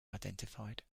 identified